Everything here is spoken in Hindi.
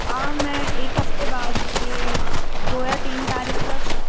हाँ मैं एक हफ्ते बाद कोय दो या तीन तारीख तक